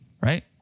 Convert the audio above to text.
right